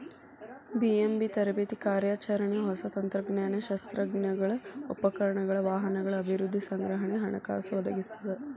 BMB ತರಬೇತಿ ಕಾರ್ಯಾಚರಣೆ ಹೊಸ ತಂತ್ರಜ್ಞಾನ ಶಸ್ತ್ರಾಸ್ತ್ರಗಳ ಉಪಕರಣಗಳ ವಾಹನಗಳ ಅಭಿವೃದ್ಧಿ ಸಂಗ್ರಹಣೆಗೆ ಹಣಕಾಸು ಒದಗಿಸ್ತದ